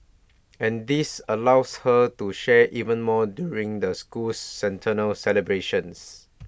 and this allows her to share even more during the school's centennial celebrations